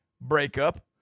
breakup